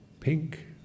pink